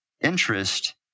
interest